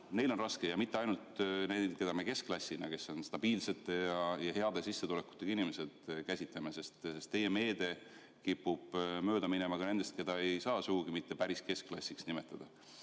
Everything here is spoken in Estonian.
neil on raske, ja mitte ainult neil, keda me keskklassina, kes on stabiilse ja hea sissetulekuga inimesed, käsitame. Teie meede kipub mööda minema ka nendest, keda ei saa sugugi mitte päris keskklassiks nimetada,